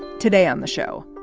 today on the show,